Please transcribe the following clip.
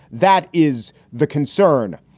that is the concern.